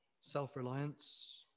self-reliance